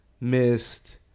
missed